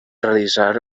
realitzar